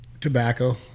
tobacco